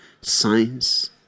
science